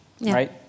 right